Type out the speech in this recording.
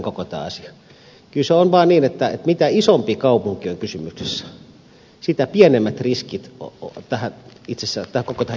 kyllä se on vaan niin että mitä isompi kaupunki on kysymyksessä sitä pienemmät riskit koko tähän järjestelmään on